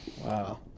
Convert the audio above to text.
Wow